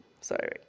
Sorry